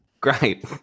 Great